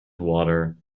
water